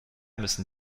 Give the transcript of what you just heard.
müssen